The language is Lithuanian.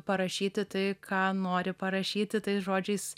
parašyti tai ką nori parašyti tais žodžiais